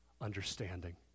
understanding